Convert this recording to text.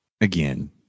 again